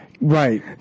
Right